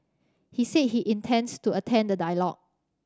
he said he intends to attend the dialogue